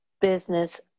business